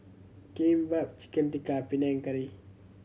Kimbap Chicken Tikka Panang Curry